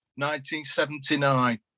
1979